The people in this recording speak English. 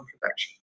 protection